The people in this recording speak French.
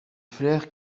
flaire